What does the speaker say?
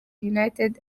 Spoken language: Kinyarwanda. united